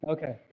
Okay